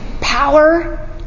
power